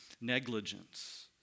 negligence